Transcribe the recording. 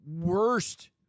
Worst